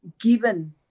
given